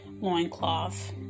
loincloth